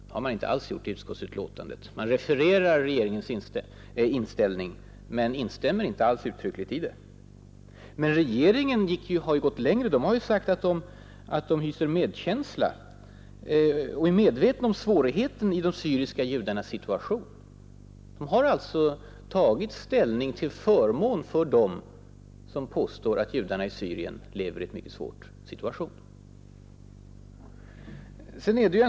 Det har man inte alls gjort i utskottsbetänkandet; man refererar regeringens inställning men instämmer inte alls uttryckligt i den. Regeringen har ju gått längre. Den har sagt att den hyser medkänsla och är medveten om svårigheten i de syriska judarnas situation. Den har alltså tagit ställning till förmån för dem som påstår att judarna i Syrien lever i en mycket svår situation.